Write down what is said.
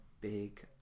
Big